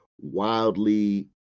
wildly